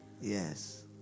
Yes